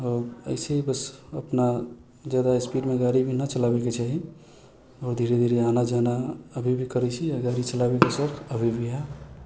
एसे ही बस अपना जादा स्पीडमे गाड़ी भी नहि चलाबैके चाही आओर धीरे धीरे आना जाना अभी भी करै छी गाड़ी चलाबैके शौक अभी भी है